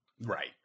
Right